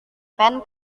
pen